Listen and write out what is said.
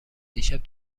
دیشب